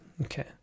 Okay